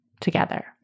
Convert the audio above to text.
together